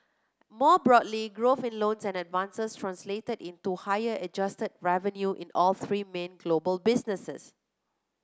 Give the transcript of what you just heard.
more broadly growth in loans and advances translated into higher adjusted revenue in all three main global businesses